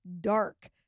dark